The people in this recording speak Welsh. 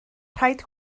rhaid